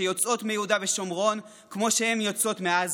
שיוצאות מיהודה ושומרון כמו שהן יוצאות מעזה.